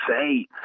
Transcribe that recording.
say